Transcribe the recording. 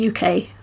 UK